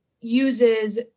uses